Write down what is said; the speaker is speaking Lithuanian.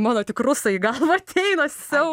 mano tik rusai į galvą ateina siau